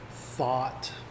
thought